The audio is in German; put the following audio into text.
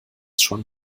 schon